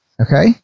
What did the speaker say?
Okay